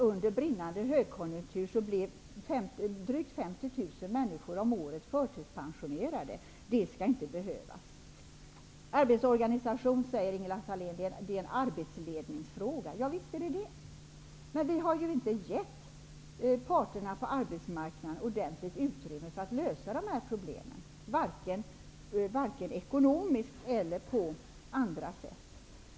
Under brinnande högkonjunktur blev drygt 50 000 människor om året förtidspensionerade - det skall inte vara nödvändigt. Arbetsorganisation är en arbetsledningsfråga, säger Ingela Thale n. Ja, visst är det. Men vi har inte gett parterna på arbetsmarknaden ordentligt utrymme för att lösa de här problemen, varken ekonomiskt eller på annat sätt.